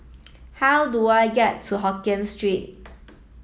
how do I get to Hokkien Street